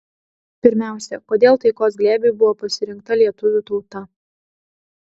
pirmiausia kodėl taikos glėbiui buvo pasirinkta lietuvių tauta